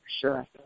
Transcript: Sure